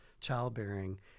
childbearing